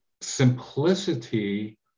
simplicity